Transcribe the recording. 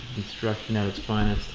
instruction at it's finest.